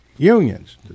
Unions